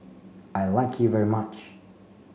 I like you very much